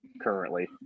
currently